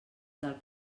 del